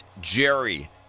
Jerry